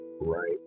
right